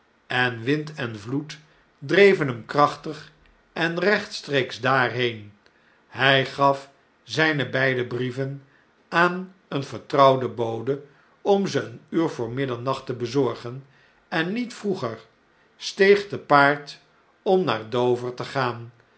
en wind en vloed dreven hem krachtig en rechtstreeks daarheen hg gaf zjjne beide brieven aan een vertrouwden bode om ze een uur voor middernacht te bezorgen en niet vroeger steeg te paard om naar dover te gaan